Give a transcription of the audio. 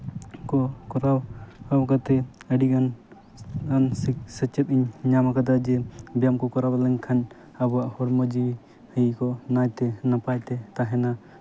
ᱠᱚ ᱠᱚᱨᱟᱣ ᱠᱟᱛᱮ ᱟᱹᱰᱤᱜᱟᱱ ᱮᱢᱚᱱ ᱥᱮᱪᱮᱫ ᱤᱧ ᱧᱟᱢ ᱠᱟᱫᱟ ᱡᱮ ᱵᱮᱭᱟᱢ ᱠᱚ ᱠᱚᱨᱟᱣ ᱞᱮᱱᱠᱷᱟᱱ ᱟᱵᱚᱣᱟᱜ ᱦᱚᱲᱢᱤ ᱡᱤᱣᱤ ᱵᱷᱟᱜᱮ ᱠᱚ ᱱᱟᱭᱛᱮ ᱱᱟᱯᱟᱭ ᱛᱮ ᱛᱟᱦᱮᱱᱟ